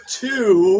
two